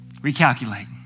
recalculate